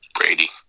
Brady